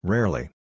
Rarely